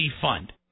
fund